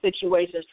situations